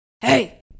Hey